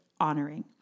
honoring